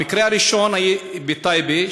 המקרה הראשון היה בטייבה,